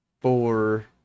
four